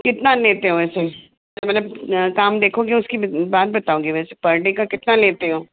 कितना लेते हो ऐसे मतलब काम देखोगे उसके बाद बताओगे कि पार्टी का कितना लेते हो